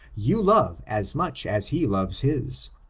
you love as much as he loves his.